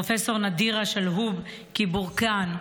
פרופ' נדירה שלהוב קיבורקיאן.